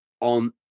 on